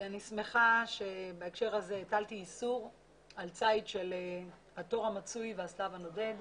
אני שמחה שבהקשר הזה הטלתי איסור על ציד של התור המצוי והסב הנודד.